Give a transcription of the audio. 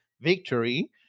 victory